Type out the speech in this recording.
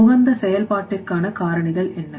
உகந்த செயல்பாட்டிற்கான காரணிகள் என்ன